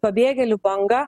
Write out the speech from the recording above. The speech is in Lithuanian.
pabėgėlių bangą